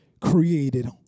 created